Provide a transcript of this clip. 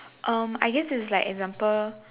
um I guess it's like example